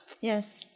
Yes